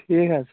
ٹھیٖک حظ